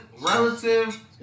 relative